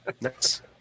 Nice